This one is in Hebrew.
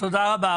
תודה רבה.